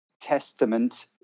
testament